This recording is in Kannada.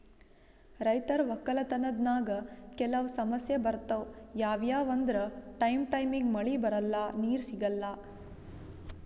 ರೈತರ್ ವಕ್ಕಲತನ್ದಾಗ್ ಕೆಲವ್ ಸಮಸ್ಯ ಬರ್ತವ್ ಯಾವ್ಯಾವ್ ಅಂದ್ರ ಟೈಮ್ ಟೈಮಿಗ್ ಮಳಿ ಬರಲ್ಲಾ ನೀರ್ ಸಿಗಲ್ಲಾ